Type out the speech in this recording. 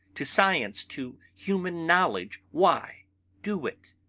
to science, to human knowledge why do it?